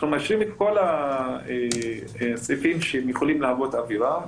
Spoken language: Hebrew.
אנחנו מאשרים את כל הסעיפים שיכולים להוות עבירה.